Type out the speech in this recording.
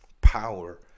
power